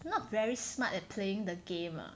not very smart at playing the game ah